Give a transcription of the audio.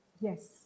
Yes